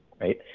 right